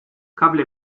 kable